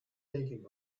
thinking